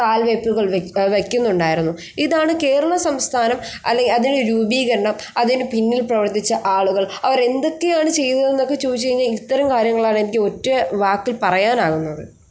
കാൽ വെപ്പുകൾ വെക്കുന്നുണ്ടായിരുന്നു ഇതാണ് കേരള സംസ്ഥാനം അല്ലെങ്കിൽ അതിന് രൂപീകരണം അതിനു പിന്നിൽ പ്രവർത്തിച്ച ആളുകൾ അവർ എന്തൊക്കെയാണ് ചെയ്തതെന്നൊക്കെ ചോദിച്ച് കഴിഞ്ഞാൽ ഇത്തരം കാര്യങ്ങളാണ് എനിക്ക് ഒറ്റ വാക്കിൽ പറയാനാകുന്നത്